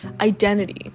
identity